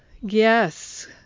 yes